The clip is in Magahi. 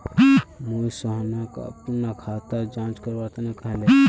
मोहित सोहनक अपनार खाताक जांच करवा तने कहले